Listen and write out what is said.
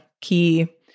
key